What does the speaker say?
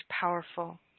powerful